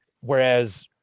Whereas